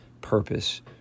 purpose